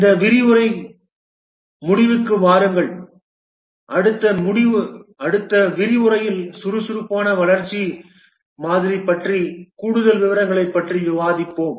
இந்த விரிவுரைக்கு முடிவுக்கு வாருங்கள் அடுத்த விரிவுரையில் சுறுசுறுப்பான வளர்ச்சி மாதிரி பற்றிய கூடுதல் விவரங்களைப் பற்றி விவாதிப்போம்